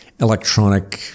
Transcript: electronic